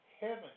heaven